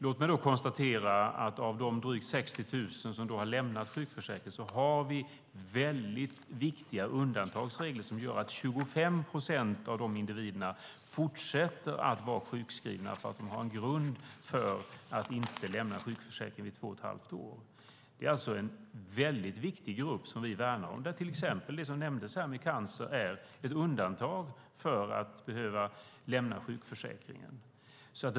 Låt mig då konstatera att drygt 60 000 har lämnat sjukförsäkringen men att vi har viktiga undantagsregler som gör att 25 procent av de individerna fortsätter att vara sjukskrivna därför att de har en grund för att inte lämna sjukförsäkringen vid två och ett halvt år. Det är alltså en väldigt viktig grupp som vi värnar om. Där är till exempel cancer, som nämndes här, ett undantag från att behöva lämna sjukförsäkringen.